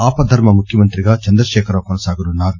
ఆపద్ధరమ్మ ముఖ్యమంత్రిగా చంద్రశేఖరరావు కొనసాగనున్నారు